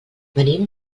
venim